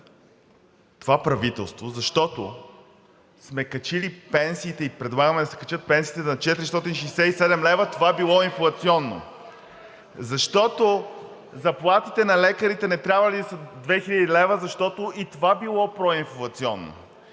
това правителство, защото сме качили пенсиите и предлагаме да се качат пенсиите на 467 лв., а това било инфлационно?! Защото заплатите на лекарите не е трябвало да са 2000 лв. – и това било проинфлационно!